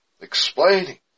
Explaining